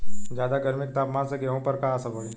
ज्यादा गर्मी के तापमान से गेहूँ पर का असर पड़ी?